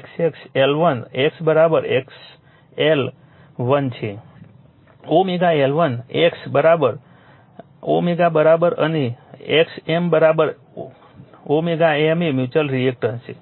x x L1 x x L1 છે L1 x is અને x M w M એ mutual reactance છે